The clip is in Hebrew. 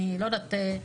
אני לא יודעת,